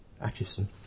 Atchison